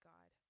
God